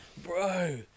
Bro